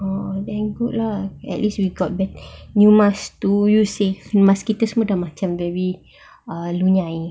oh like that then good lah at least we got the new masks to use seh mask kita semua dah macam very ah lunyai